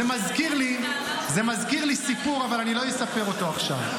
זה מזכיר לי סיפור, אבל אני לא אספר אותו עכשיו.